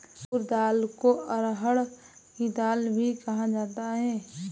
तूर दाल को अरहड़ की दाल भी कहा जाता है